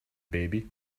baby